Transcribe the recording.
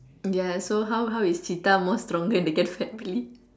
ya so how how is cheetah more stronger than they get family